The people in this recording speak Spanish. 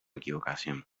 equivocación